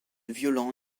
violent